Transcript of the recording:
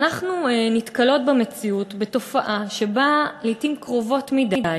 אנחנו נתקלות במציאות בתופעה שבה לעתים קרובות מדי